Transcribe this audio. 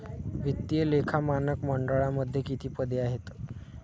वित्तीय लेखा मानक मंडळामध्ये किती पदे आहेत?